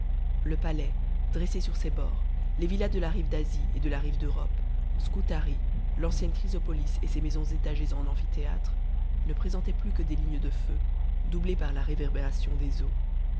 les palais dressés sur ses bords les villas de la rive d'asie et de la rive d'europe scutari l'ancienne chrysopolis et ses maisons étagées en amphithéâtre ne présentaient plus que des lignes de feux doublées par la réverbération des eaux